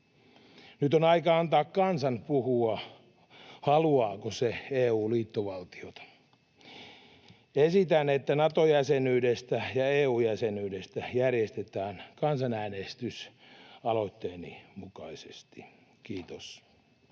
Nyt on aika antaa kansan puhua: haluaako se EU-liittovaltiota? Esitän, että Nato-jäsenyydestä ja EU-jäsenyydestä järjestetään kansanäänestys aloitteeni mukaisesti. — Kiitos.